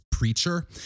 preacher